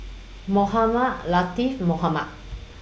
Mohamed Latiff Mohamed